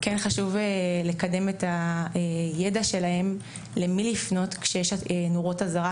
כן חשוב לקדם את הידע שלהם למי לפנות כשיש נורות אזהרה,